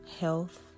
health